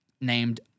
named